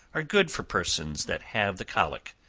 are good for persons that have the colic.